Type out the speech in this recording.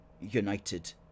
United